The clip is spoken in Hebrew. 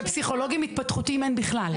ופסיכולוגים התפתחותיים אין בכלל.